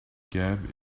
gap